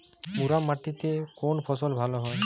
মুরাম মাটিতে কোন ফসল ভালো হয়?